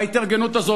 וההתארגנות הזאת,